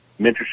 mentorship